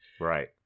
Right